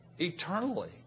eternally